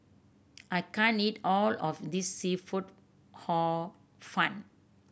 I can't eat all of this seafood Hor Fun